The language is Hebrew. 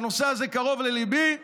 הנושא הזה קרוב לליבי,